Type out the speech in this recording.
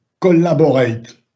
collaborate